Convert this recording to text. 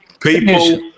people